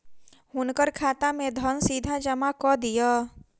हुनकर खाता में धन सीधा जमा कअ दिअ